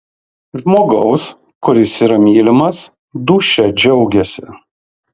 žmogaus kuris yra mylimas dūšia džiaugiasi